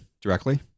directly